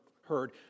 heard